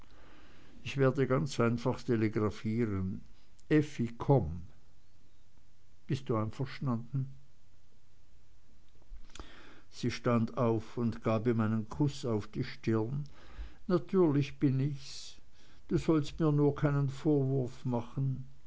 ich werde ganz einfach telegrafieren effi komm bist du einverstanden sie stand auf und gab ihm einen kuß auf die stirn natürlich bin ich's du solltest mir nur keinen vorwurf machen